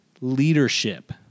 leadership